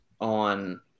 on